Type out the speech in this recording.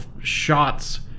shots